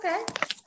okay